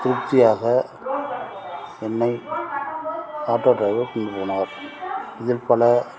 திருப்தியாக என்னை auto driver கொண்டு போனார் இதில் பல